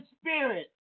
spirit